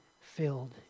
filled